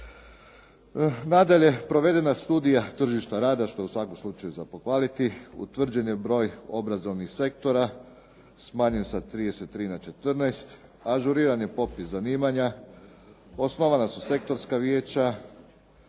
Nadalje, provedena studija tržišta rada što je u svakom slučaju za pohvaliti, utvrđen je broj obrazovnih sektora, smanjen sa 33 na 14, ažuriran je popis zanimanja, osnovana su sektorska vijeća,